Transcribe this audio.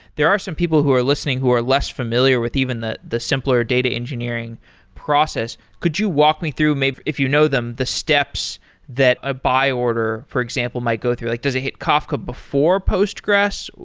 there are some people who are listening who are less familiar with even the the simpler data engineering process. could you walk me through, if you know them, the steps that a buy order, for example, might go through? like does it hit kafka before postgres?